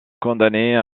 condamner